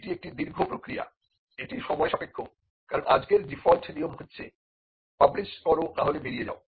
এটি একটি দীর্ঘ প্রক্রিয়া এটি সময়সাপেক্ষ কারণ আজকের ডিফল্ট নিয়ম হচ্ছে পাবলিস করো নাহলে বেরিয়ে যাও